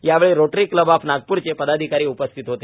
यावेळी rotary club of नागपूरचे पदाधिकारी उपस्थित होते